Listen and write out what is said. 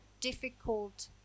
difficult